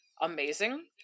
amazing